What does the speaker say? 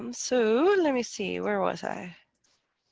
um so, let me see, where was i